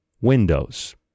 Windows